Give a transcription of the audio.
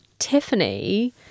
Tiffany